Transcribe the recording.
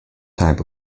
type